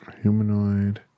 Humanoid